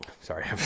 sorry